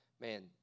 man